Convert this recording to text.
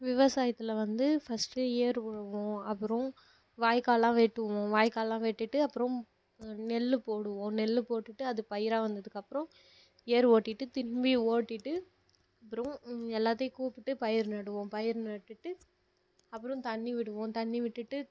விவசாயத்தில் வந்து ஃபஸ்ட் ஏர் உழுவோம் அப்புறோம் வாய்க்காலெலாம் வெட்டுவோம் வாய்க்காலெலாம் வெட்டிட்டு அப்புறோம் நெல் போடுவோம் நெல் போட்டுட்டு அது பயிராக வந்ததுக்கப்புறோம் ஏர் ஓட்டிவிட்டு திரும்பி ஓட்டிவிட்டு அப்புறோம் எல்லாத்தையும் கூப்பிட்டு பயிர் நடுவோம் பயிர் நட்டுவிட்டு அப்புறோம் தண்ணீர் விடுவோம் தண்ணீர் விட்டுட்டு